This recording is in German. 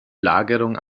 lagerung